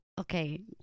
okay